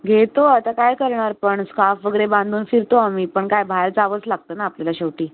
घेतो आता काय करणार पण स्कार्फ वगैरे बांधून फिरतो आम्ही पण काय बाहेर जावंच लागतं ना आपल्याला शेवटी